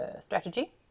strategy